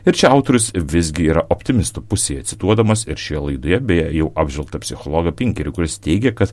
ir čia autorius visgi yra optimistų pusėje cituodamas ir šioje laidoje beje jau apžvelgtą psichologą pinkerį kuris teigia kad